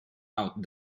out